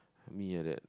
me like that